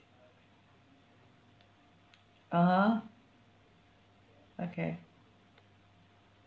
(uh huh) okay